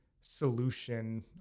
solution